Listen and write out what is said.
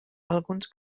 alguns